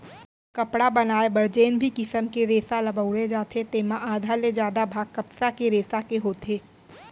कपड़ा बनाए बर जेन भी किसम के रेसा ल बउरे जाथे तेमा आधा ले जादा भाग कपसा के रेसा के होथे